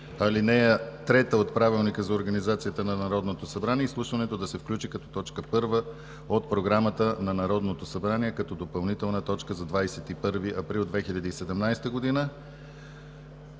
ал. 3 от Правилника за организацията и дейността на Народното събрание изслушването да се включи като точка първа от Програмата на Народното събрание като допълнителна точка за 21 април 2017 г.“